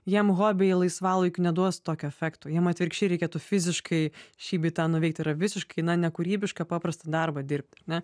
jiem hobiai laisvalaikiu neduos tokio efekto jiem atvirkščiai reikėtų fiziškai šį bei tą nuveikt yra visiškai nekūrybišką paprastą darbą dirbt ar ne